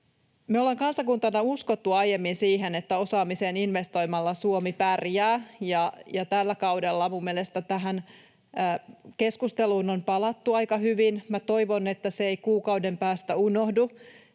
Me ollaan kansakuntana uskottu aiemmin siihen, että investoimalla osaamiseen Suomi pärjää, ja tällä kaudella mielestäni tähän keskusteluun on palattu aika hyvin. Toivon, että se ei kuukauden päästä unohdu